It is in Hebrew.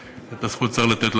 את הזכות צריך לתת לאנשים.